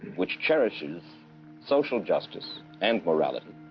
which cherishes social justice and morality,